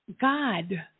god